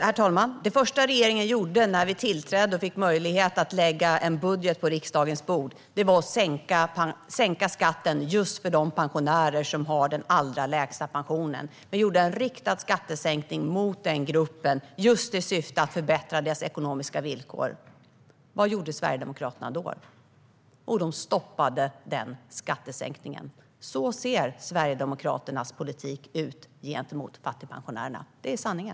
Herr talman! Det första regeringen gjorde när vi tillträdde och fick möjlighet att lägga en budget på riksdagens bord var att sänka skatten just för de pensionärer som har den allra lägsta pensionen. Vi gjorde en riktad skattesänkning mot den gruppen just i syfte att förbättra deras ekonomiska villkor. Vad gjorde Sverigedemokraterna då? Jo, de stoppade den skattesänkningen. Så ser Sverigedemokraternas politik ut gentemot fattigpensionärerna. Det är sanningen.